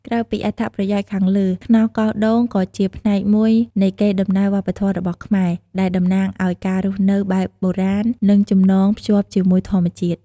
ក្រៅពីអត្ថប្រយោជន៍ខាងលើ ខ្នោសកោសដូងក៏ជាផ្នែកមួយនៃកេរដំណែលវប្បធម៌របស់ខ្មែរ ដែលតំណាងឲ្យការរស់នៅបែបបុរាណ និងចំណងភ្ជាប់ជាមួយធម្មជាតិ។